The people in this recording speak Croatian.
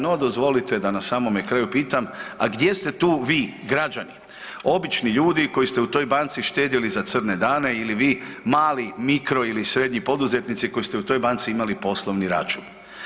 No, dozvolite da na samome kraju pitam, a gdje ste tu vi građani, obični ljudi koji ste u toj banci štedjeli za crne dane ili vi mali mikro ili srednji poduzetnici koji ste u toj banci imali poslovni račun?